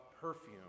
perfume